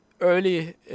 early